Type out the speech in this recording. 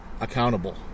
accountable